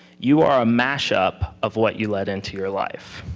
you are a mash-up of what you let into your life.